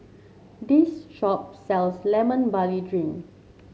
this shop sells Lemon Barley Drink